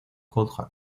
coulthard